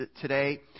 today